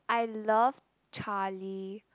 I loved Charlie